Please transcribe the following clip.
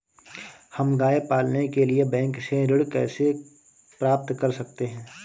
हम गाय पालने के लिए बैंक से ऋण कैसे प्राप्त कर सकते हैं?